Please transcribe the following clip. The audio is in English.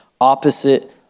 opposite